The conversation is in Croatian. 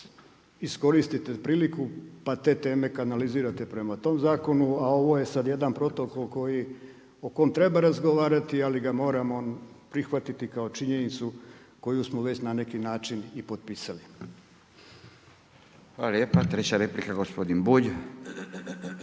iskoristite priliku pa te teme kanalizirate prema tom zakonu, a ovo je sad jedan protokol o kom treba razgovarati ali ga moramo prihvatiti kao činjenicu koju smo već na neki način i potpisali. **Radin, Furio (Nezavisni)**